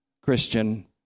Christian